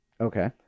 Okay